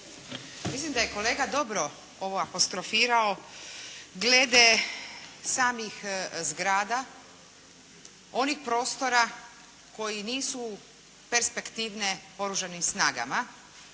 Mislim da je kolega dobro ovo apostrofirao glede samih zgrada, onih prostora koji nisu perspektivne Oružanim snagama.